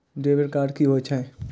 Debit card कि होई छै?